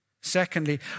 Secondly